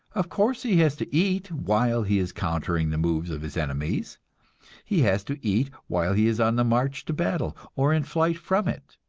of course he has to eat while he is countering the moves of his enemies he has to eat while he is on the march to battle, or in flight from it.